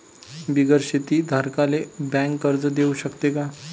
बिगर शेती धारकाले बँक कर्ज देऊ शकते का?